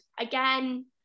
Again